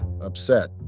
upset